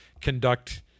conduct